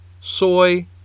soy